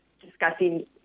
discussing